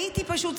הייתי פשוט,